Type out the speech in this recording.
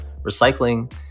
recycling